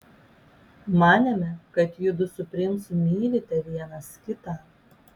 manėme kad judu su princu mylite vienas kitą